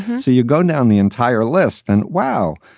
so you go down the entire list then. wow.